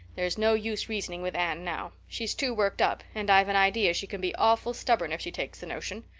there's no use reasoning with anne now. she's too worked up and i've an idea she can be awful stubborn if she takes the notion.